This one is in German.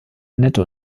netto